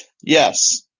yes